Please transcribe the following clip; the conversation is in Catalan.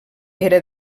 era